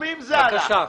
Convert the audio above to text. פרסומים זה הלך?